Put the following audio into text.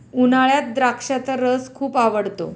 उन्हाळ्यात द्राक्षाचा रस खूप आवडतो